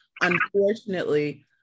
Unfortunately